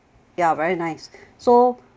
ya very nice so